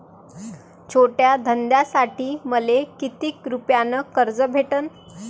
छोट्या धंद्यासाठी मले कितीक रुपयानं कर्ज भेटन?